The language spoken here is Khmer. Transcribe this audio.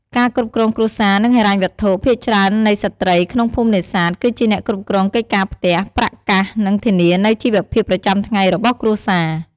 ការគ្រប់គ្រងគ្រួសារ និងហិរញ្ញវត្ថុ ភាគច្រើននៃស្ត្រីក្នុងភូមិនេសាទ គឺជាអ្នកគ្រប់គ្រងកិច្ចការផ្ទះ ប្រាក់កាស និងធានានូវជីវភាពប្រចាំថ្ងៃរបស់គ្រួសារ។